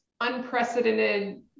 unprecedented